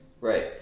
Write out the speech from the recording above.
Right